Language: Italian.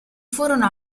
furono